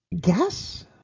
Guess